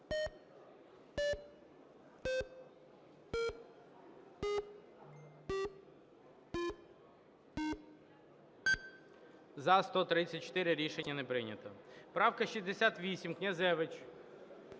За-134 Рішення не прийнято. Правка 68, Князевич.